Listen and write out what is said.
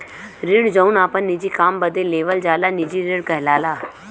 ऋण जौन आपन निजी काम बदे लेवल जाला निजी ऋण कहलाला